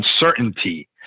uncertainty